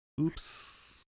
Oops